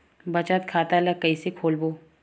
बचत खता ल कइसे खोलबों?